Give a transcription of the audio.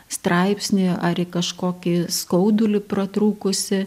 straipsnį ar į kažkokį skaudulį pratrūkusį